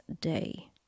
day